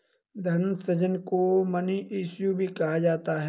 धन सृजन को मनी इश्यू भी कहा जाता है